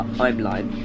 timeline